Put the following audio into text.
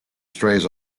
strays